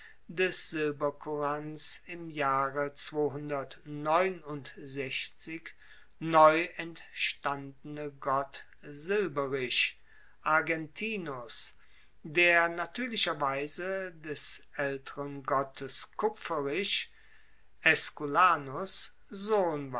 des silbercourants im jahre neu entstandene gott silberich argentinus der natuerlicherweise des aelteren gottes kupferich aesculanus sohn